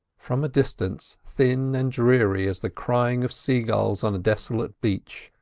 from a distance, thin, and dreary as the crying of sea-gulls on a desolate beach,